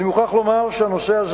אני מוכרח לומר שהנושא הזה